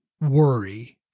worry